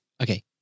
Okay